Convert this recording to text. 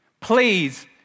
Please